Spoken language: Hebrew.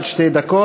עד שתי דקות.